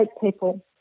people